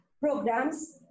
programs